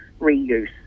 reuse